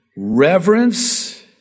reverence